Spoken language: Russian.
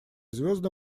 звезды